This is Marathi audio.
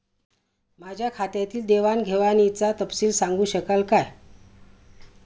माझ्या खात्यातील देवाणघेवाणीचा तपशील सांगू शकाल काय?